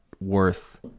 worth